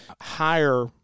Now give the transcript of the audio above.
hire